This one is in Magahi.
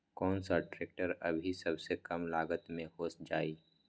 कौन सा ट्रैक्टर अभी सबसे कम लागत में हो जाइ?